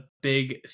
big